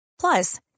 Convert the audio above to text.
Plus